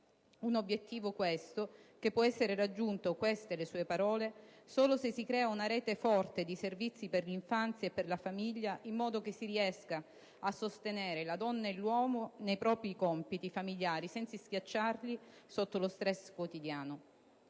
un obiettivo, questo, che può essere raggiunto - queste le sue parole - «solo se si crea una rete forte di servizi per l'infanzia e per la famiglia, in modo che si riescano a sostenere la donna e l'uomo nei propri compiti familiari senza schiacciarli sotto lo stress quotidiano».